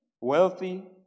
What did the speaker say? wealthy